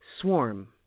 Swarm